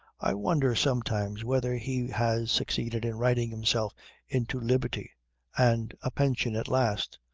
i wonder sometimes whether he has succeeded in writing himself into liberty and a pension at last,